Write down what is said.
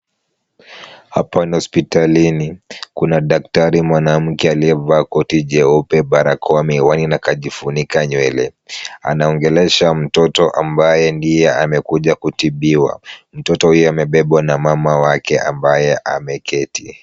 Hapa ni hospitalini. Kuna daktari mwanamke aliyevaa koti jeupe, barakoa, miwani na akajifunika nywele. Anaongelesha mtoto ambaye amekuja kutibiwa. Mtoto huyo amebebwa na mama wake ambaye ameketi.